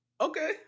Okay